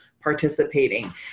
participating